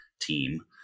team